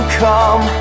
come